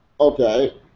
Okay